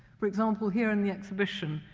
for example, here in the exhibition,